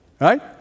right